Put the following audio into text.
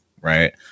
right